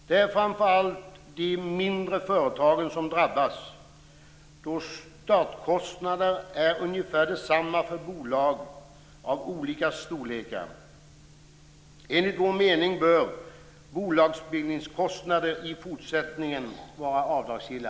Det är framför allt de mindre företagen som drabbas, då startkostnaderna är ungefär desamma för bolag av olika storlekar. Enligt vår mening bör bolagsbildningskostnader i fortsättningen vara avdragsgilla.